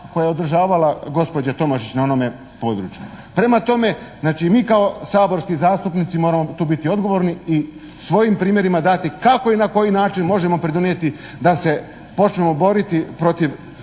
koje je održavala gospođa Tomašić na onome području. Prema tome, znači mi kao saborski zastupnici moramo tu biti odgovorni i svojim primjerima dati kako i na koji način možemo pridonijeti da se počnemo boriti protiv